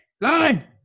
line